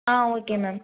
ah okay ma'am